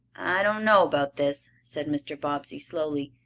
i don't know about this, said mr. bobbsey slowly.